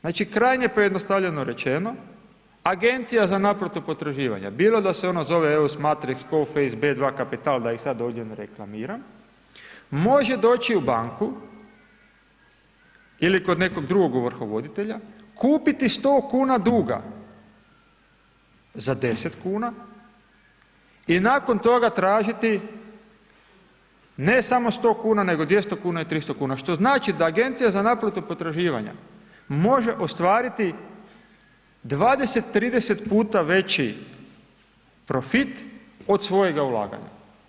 Znači krajnje pojednostavljeno rečeno, agencija za naplatu potraživanja, bilo da se ona zove … B2 kapital, da ih ovdje sada ne reklamiram, može doći u banku ili kod nekog drugog ovrhovoditelja, kupiti 100kn duga za 10 kn i nakon toga tražiti ne samo 100 kn, nego i 200 kn i 300 kn što znači da agencija za naplatu potraživanja može ostvariti 20, 30 puta veći profit, od svojega ulaganja.